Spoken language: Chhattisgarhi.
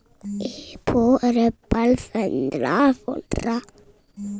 कहीं कंपनी हर चइल परिस जेन म बित्तीय संस्था पइसा लगाए रहथे ओहर सरलग मुनाफा कमाए के आघु निकेल जाथे